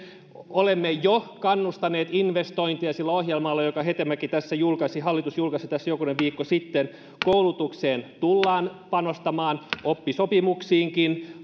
olemme jo kannustaneet investointeja sillä ohjelmalla jonka hetemäki tässä julkaisi hallitus julkaisi tässä jokunen viikko sitten koulutukseen tullaan panostamaan oppisopimuksiinkin